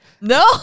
no